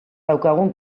daukagun